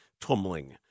tumbling